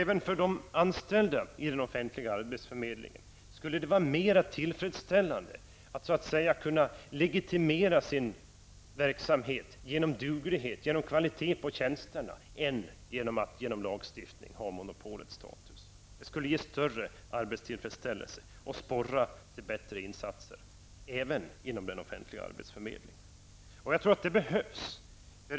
Även för de anställda i den offentliga arbetsförmedlingen skulle det vara mer tillfredsställande att så att säga kunna legitimera sin verksamhet genom duglighet och kvalitet på tjänsterna än att genom lagstiftning ha monopolets status. Det skulle ge större arbetstillfredsställelse och sporra till bättre insatser, även inom den offentliga arbetsförmedlingen. Jag tror att detta behövs.